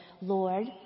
Lord